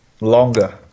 longer